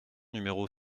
numéro